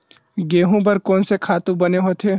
गेहूं बर कोन से खातु बने होथे?